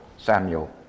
Samuel